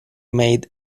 made